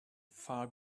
far